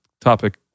topic